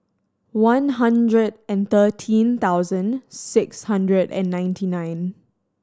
one hundred and thirteen thousand six hundred and ninety nine